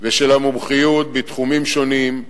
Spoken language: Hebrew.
ושל המומחיות בתחומים שונים.